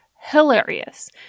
hilarious